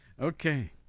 Okay